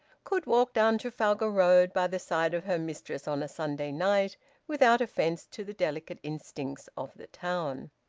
could walk down trafalgar road by the side of her mistress on a sunday night without offence to the delicate instincts of the town.